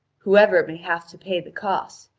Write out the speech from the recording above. whoever may have to pay the cost,